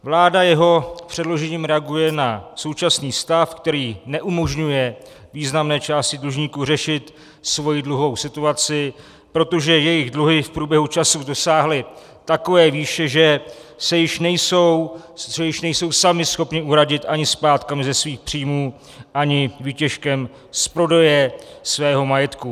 Vláda jeho předložením reaguje na současný stav, který neumožňuje významné části dlužníků řešit svoji dluhovou situaci, protože jejich dluhy v průběhu času dosáhly takové výše, že je již nejsou sami uhradit splátkami ze svých příjmů ani výtěžkem z prodeje svého majetku.